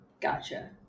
Gotcha